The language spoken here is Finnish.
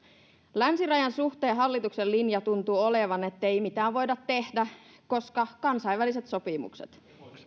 länsirajan suhteen hallituksen linja tuntuu olevan ettei mitään voida tehdä koska kansainväliset sopimukset